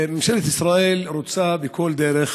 ממשלת ישראל רוצה בכל דרך